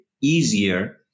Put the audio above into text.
easier